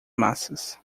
massas